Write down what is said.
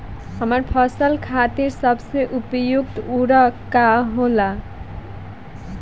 हमार फसल खातिर सबसे उपयुक्त उर्वरक का होई?